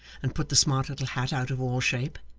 and put the smart little hat out of all shape.